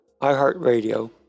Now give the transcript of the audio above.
iHeartRadio